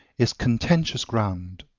is contentious ground.